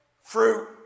Fruit